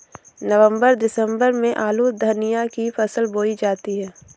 नवम्बर दिसम्बर में आलू धनिया की फसल बोई जाती है?